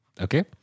Okay